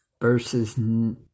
verses